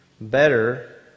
better